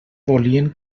volien